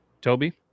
Toby